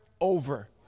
over